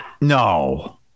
No